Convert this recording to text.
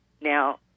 Now